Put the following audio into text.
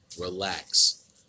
Relax